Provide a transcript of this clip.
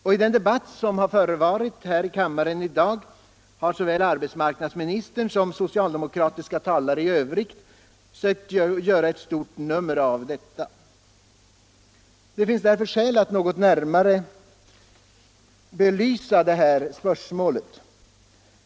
Och i den debatt som förevarit här i kammaren i dag har såväl arbetsmarknadsministern som socialdemokratiska talare i Övrigt sökt göra ett stort nummer av detta. Det finns därför skäl att något närmare belysa detta spörsmål.